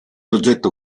oggetto